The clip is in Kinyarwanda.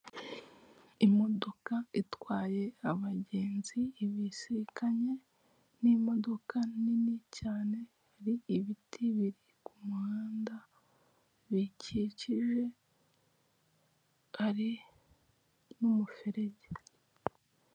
Imodoka itwaye abagenzi ibisikanye n'imodoka nini cyane hari ibiti biri Ku muhanda bikikije hari n'umuferege.